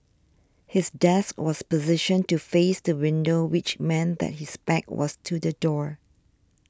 his desk was positioned to face the window which meant that his back was to the door